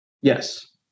Yes